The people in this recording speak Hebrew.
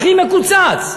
הכי מקוצץ.